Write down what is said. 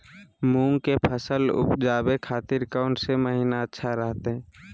मूंग के फसल उवजावे खातिर कौन महीना अच्छा रहतय?